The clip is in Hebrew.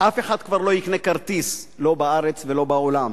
אף אחד כבר לא יקנה כרטיס, לא בארץ ולא בעולם.